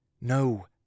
No